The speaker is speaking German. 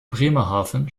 bremerhaven